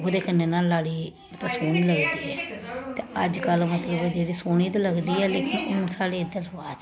ओह्दे कन्नै ना लाड़ी मतलब सोह्नी लगदी ऐ ते अजकल्ल मतलब जेह्ड़ी सोह्नी ते लगदी ऐ लेकिन हून साढ़े इत्थै रवाज ऐ ना